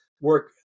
work